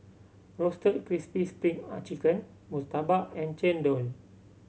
Roasted Crispy spring are chicken murtabak and chendol